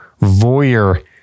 voyeur